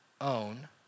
own